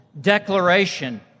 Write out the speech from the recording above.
declaration